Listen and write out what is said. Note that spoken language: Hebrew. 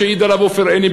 שהעיד עליו עופר עיני,